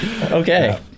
Okay